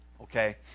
Okay